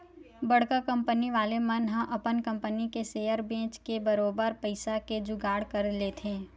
बड़का कंपनी वाले मन ह अपन कंपनी के सेयर बेंच के बरोबर पइसा के जुगाड़ कर लेथे